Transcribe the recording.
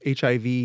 HIV